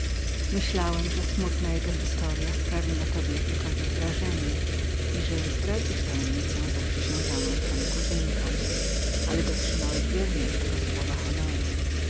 myślałem że smutna jego historya sprawi na tobie jakiekolwiek wrażenie i że zdradzisz tajemnicę zaprzysiężoną twoim kuzynkom ale dotrzymałeś wierniawiernie twego słowa honoru